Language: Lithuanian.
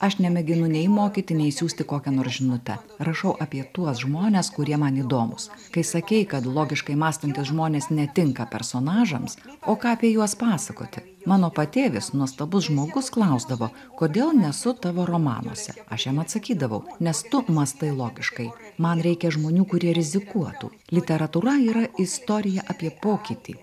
aš nemėginu nei mokyti nei siųsti kokią nors žinutę rašau apie tuos žmones kurie man įdomūs kai sakei kad logiškai mąstantys žmonės netinka personažams o ką apie juos pasakoti mano patėvis nuostabus žmogus klausdavo kodėl nesu tavo romanuose aš jam atsakydavau nes tu mąstai logiškai man reikia žmonių kurie rizikuotų literatūra yra istorija apie pokytį